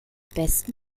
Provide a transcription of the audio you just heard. besten